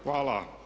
Hvala.